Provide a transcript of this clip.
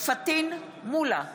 פטין מולא,